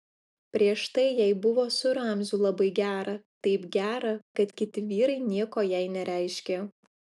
prieš tai jai buvo su ramziu labai gera taip gera kad kiti vyrai nieko jai nereiškė